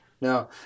no